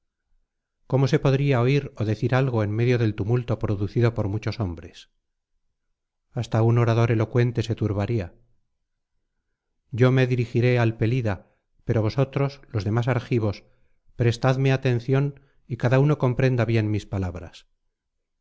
cómo se podría oir ó decir algo en medio del tumulto producido por muchos hombres hasta un orador elocuente se turbaría yo me dirigiré al pelida pero vosotros los demás argivos prestadme atención y cada uno comprenda bien mis palabras